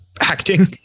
acting